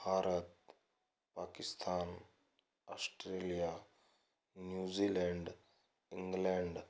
Bharat Pakistan Australia New Zealand England